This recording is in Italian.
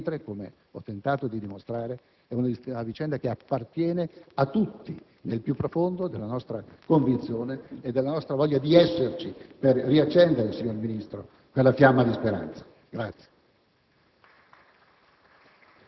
mentre - come ho tentato di dimostrare - è una vicenda che appartiene a tutti nel più profondo della nostra convinzione e nella nostra voglia di esserci per riaccendere, signor Vice Ministro, quella fiamma di speranza.